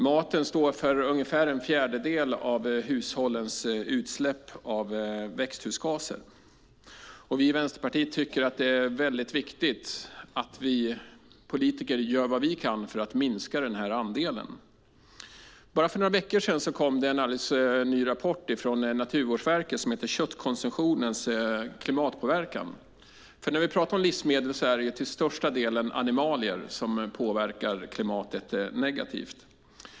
Maten står för ungefär en fjärdedel av hushållens utsläpp av växthusgaser. Vi i Vänsterpartiet tycker att det är väldigt viktigt att vi politiker gör vad vi kan för att minska den andelen. Bara för några veckor sedan kom det en rapport från Naturvårdsverket som heter Köttkonsumtionens klimatpåverkan . När det gäller livsmedel är det till största delen animalier som påverkar klimatet negativt.